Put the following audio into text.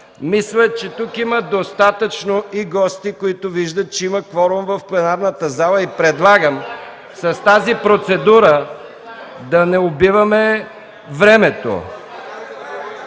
Мисля, че тук има достатъчно и гости, които виждат, че има кворум в пленарната зала, и предлагам с тази процедура (силен шум